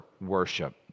worship